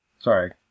Sorry